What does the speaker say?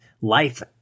life